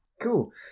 Cool